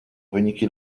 wyniki